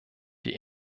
die